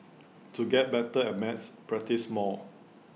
to get better at maths practise more